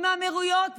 עם האמירויות,